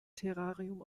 terrarium